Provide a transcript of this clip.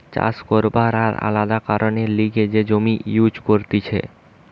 চাষ করবার আর আলাদা কারণের লিগে যে জমি ইউজ করতিছে